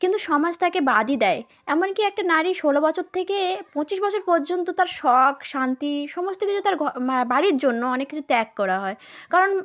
কিন্তু সমাজ তাকে বাদই দেয় এমনকি একটা নারী ষোলো বছর থেকে পঁচিশ বছর পর্যন্ত তার শখ শান্তি সমস্ত কিছু তার বাড়ির জন্য অনেক কিছু ত্যাগ করা হয় কারণ